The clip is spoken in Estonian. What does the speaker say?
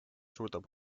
suudab